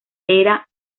era